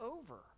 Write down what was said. over